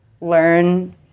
learn